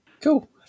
cool